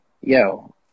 Yo